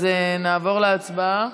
אז נעבור להצבעה?